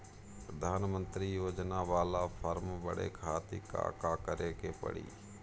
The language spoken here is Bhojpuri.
प्रधानमंत्री योजना बाला फर्म बड़े खाति का का करे के पड़ी?